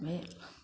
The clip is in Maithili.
मे